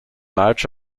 march